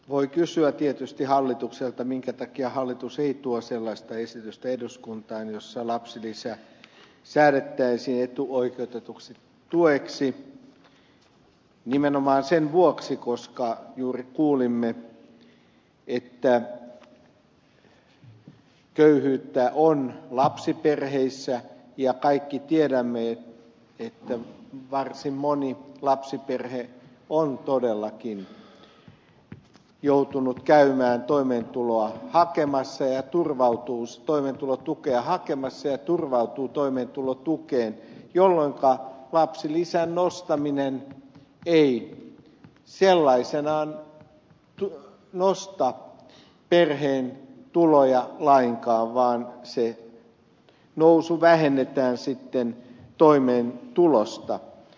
voi kysyä tietysti hallitukselta minkä takia hallitus ei tuo sellaista esitystä eduskuntaan jossa lapsilisä säädettäisiin etuoikeutetuksi tueksi nimenomaan sen vuoksi koska juuri kuulimme että köyhyyttä on lapsiperheissä ja kaikki tiedämme että varsin moni lapsiperhe on todellakin joutunut käymään toimeentulotukea hakemassa ja turvautuu toimeentulotukeen jolloinka lapsilisän nostaminen ei sellaisenaan nosta perheen tuloja lainkaan vaan se nousu vähennetään sitten toimeentulotuesta